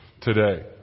today